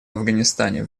афганистане